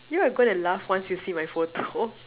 you're are gonna laugh once you see my photo